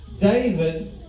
David